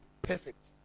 perfect